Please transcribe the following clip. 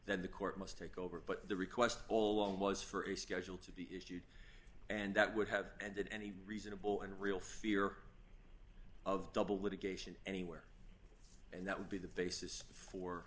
that the court must take over but the request all along was for a schedule to be issued and that would have ended any reasonable and real fear of double litigation anywhere and that would be the basis for